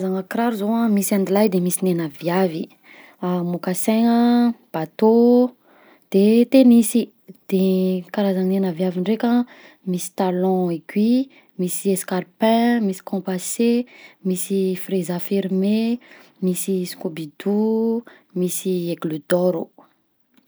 Karazana kiraro zao misy an-dehilaly de misy gn'ena viavy: a moccassin a, bateau, de tennis, de karazanena viavy ndreka an misy talon aiguille, misy escarpin, misy compensé, misy freza fermé, misy scoubidou, misy aigle d'or.